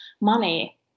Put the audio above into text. money